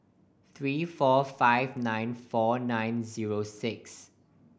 three four five nine four nine zero six